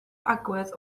agwedd